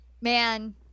Man